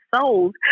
souls